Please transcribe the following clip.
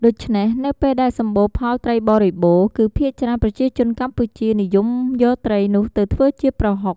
ដូច្នេះ នៅពេលដែលសម្បូរផលត្រីបរិបូរណ៍ គឺភាគច្រើនប្រជាជនកម្ពុជានិយមយកត្រីនោះទៅធ្វើជាប្រហុក។